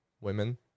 women